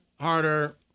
harder